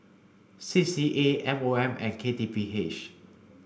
C C A M O M and K T P H